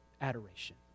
adoration